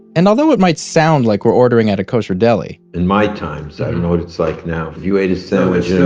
and although it might sound like we're ordering at a kosher deli, in my times, i don't know what it's like now, if you ate a sandwich in